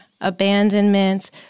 abandonment